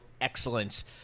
Excellence